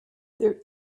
there